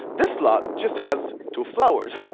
this lot just has two flowers,